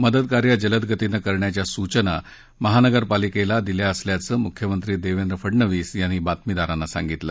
मदतकार्य जलदगतीनं करण्याच्या सूचना महानगरपालिकेला दिल्या असल्याचं मुख्यमंत्री देवेंद्र फडनवीस यांनी बातमीदारांना सांगितलं